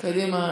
מזכירת הכנסת.